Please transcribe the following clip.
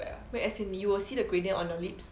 wait as in you will see the gradient on your lips